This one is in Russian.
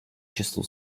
числу